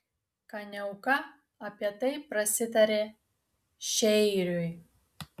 kaniauka apie tai prasitarė šeiriui